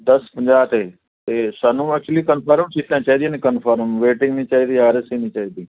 ਦਸ ਪੰਜਾਹ 'ਤੇ ਅਤੇ ਸਾਨੂੰ ਐਕਚੁਅਲੀ ਕਨਫਰਮ ਸੀਟਾਂ ਚਾਹੀਦੀਆਂ ਨੇ ਕਨਫਰਮ ਵੇਟਿੰਗ ਨਹੀਂ ਚਾਹੀਦੀ ਆਰ ਐਸ ਸੀ ਨਹੀਂ ਚਾਹੀਦੀ